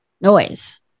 noise